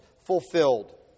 fulfilled